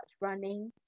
running